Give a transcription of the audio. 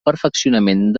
perfeccionament